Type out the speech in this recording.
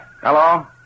Hello